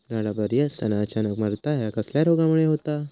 झाडा बरी असताना अचानक मरता हया कसल्या रोगामुळे होता?